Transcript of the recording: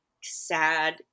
sad